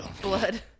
blood